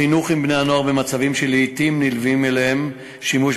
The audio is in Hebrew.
החיכוך עם בני-הנוער במצבים שלעתים נלווה להם שימוש